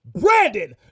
Brandon